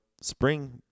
spring